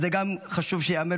וגם זה חשוב שייאמר,